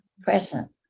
present